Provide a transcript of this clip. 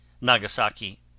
Nagasaki